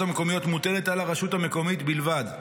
המקומיות מוטלת על הרשות המקומית בלבד.